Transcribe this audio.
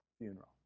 funeral